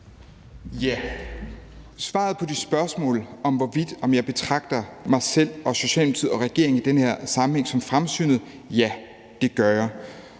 Ja, svaret på dit spørgsmål om, hvorvidt jeg betragter mig selv og Socialdemokratiet og regeringen i den her sammenhæng som fremsynet, er: Ja, det gør jeg.